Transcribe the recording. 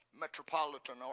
Metropolitan